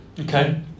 Okay